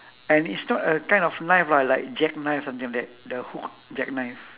and it's not a kind of knife lah like jackknife something like that the hook jackknife